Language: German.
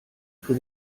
für